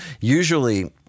usually